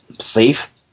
safe